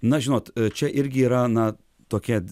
na žinot čia irgi yra na tokia